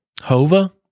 Hova